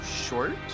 short